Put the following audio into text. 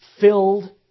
filled